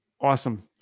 Awesome